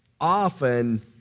often